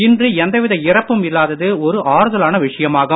இன்று எந்த வித இறப்பும் இல்லாதது ஒரு ஆறுதலான விஷயமாகும்